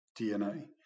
DNA